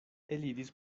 eliris